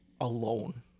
alone